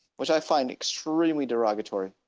which i find extremely derogatory